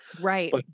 Right